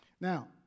Now